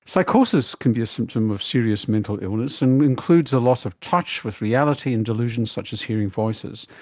psychosis can be a symptom of serious mental illness, and includes a loss of touch with reality and delusions such as hearing voices.